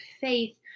faith